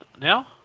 now